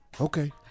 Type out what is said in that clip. Okay